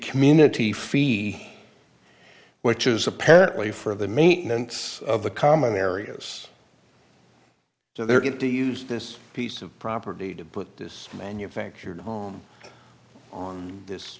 community fee which is apparently for the maintenance of the common areas so they're going to use this piece of property to put this manufactured home on this